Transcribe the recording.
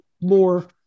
more